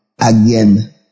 Again